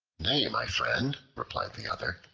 nay, my friend, replied the other,